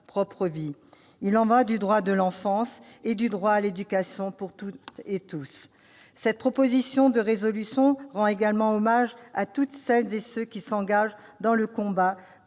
il y va du droit à l'enfance et du droit à l'éducation pour toutes et tous. Cette proposition de résolution rend également hommage à toutes celles et tous ceux qui s'engagent dans le combat